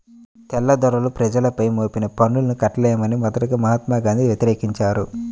తెల్లదొరలు ప్రజలపై మోపిన పన్నుల్ని కట్టలేమని మొదటగా మహాత్మా గాంధీ వ్యతిరేకించారు